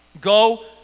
Go